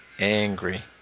Angry